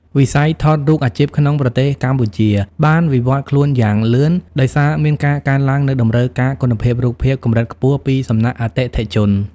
វិស័យថតរូបអាជីពក្នុងប្រទេសកម្ពុជាបានវិវត្តន៍ខ្លួនយ៉ាងលឿន ដោយសារមានការកើនឡើងនូវតម្រូវការគុណភាពរូបភាពកម្រិតខ្ពស់ពីសំណាក់អតិថិជន។